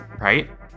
right